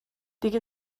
دیگه